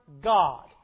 God